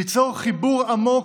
ליצור חיבור עמוק,